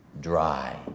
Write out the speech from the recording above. dry